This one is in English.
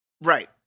Right